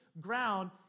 ground